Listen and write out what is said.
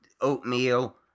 oatmeal